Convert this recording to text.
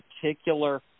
particular